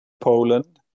Poland